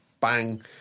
bang